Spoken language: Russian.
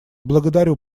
благодарю